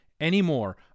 anymore